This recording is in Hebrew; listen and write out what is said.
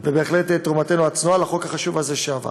זאת בהחלט תרומתנו הצנועה לחוק החשוב הזה, שעבר.